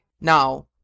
Now